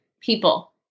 people